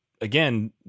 Again